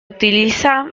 utiliza